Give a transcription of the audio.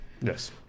Yes